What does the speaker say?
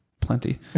plenty